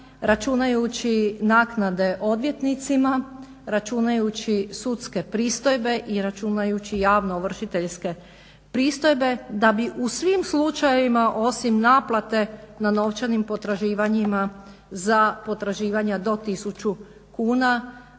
računajući naknade odvjetnicima, računajući sudske pristojbe i računajući javnoovršiteljske pristojbe da bi u svim slučajevima osim naplate na novčanim potraživanjima za potraživanja do tisuću kuna